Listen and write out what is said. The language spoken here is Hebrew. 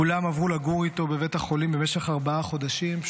כולם עברו לגור איתו בבית החולים במשך ארבעה חודשים,